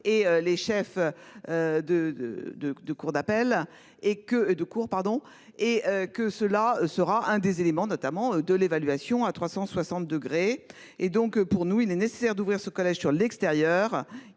et que de cours pardon et que cela sera un des éléments, notamment de l'évaluation à 360 degrés et donc pour nous, il est nécessaire d'ouvrir ce collège sur l'extérieur.